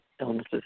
illnesses